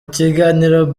kiganiro